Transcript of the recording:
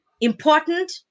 important